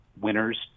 winners